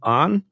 on